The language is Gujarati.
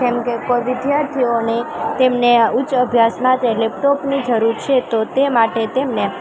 જેમકે કોઈ વિદ્યાર્થીઓને તેમને ઉચ્ચ અભ્યાસ માટે લેપટોપની જરૂર છે તો તે માટે તેમને